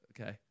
Okay